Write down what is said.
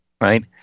right